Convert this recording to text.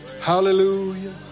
Hallelujah